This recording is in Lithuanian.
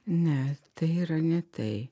ne tai yra ne tai